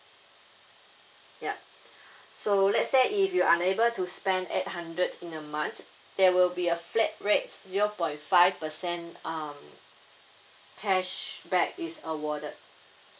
yup so let's say if you're unable to spend eight hundred in a month there will be a flat rate zero point five percent um cashback is awarded